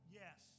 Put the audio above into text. yes